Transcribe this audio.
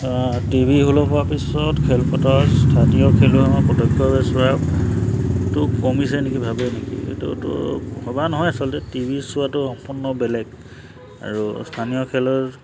TV হোৱাৰ পিছত খেলপথাৰত স্থানীয় খেলুৱৈ সকলক প্ৰত্যক্ষভাৱে চোৱা টো কমিছে নেকি ভাবে নেকি এইটোতো সভা নহয় আচলতে টিভি চোৱাটো সম্পূৰ্ণ বেলেগ আৰু স্থানীয় খেলৰ